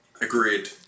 agreed